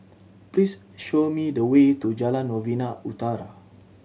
please show me the way to Jalan Novena Utara